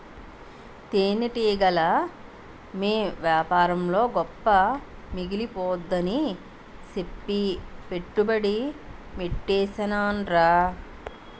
తేనెటీగల యేపారంలో గొప్ప మిగిలిపోద్దని సెప్పి పెట్టుబడి యెట్టీసేనురా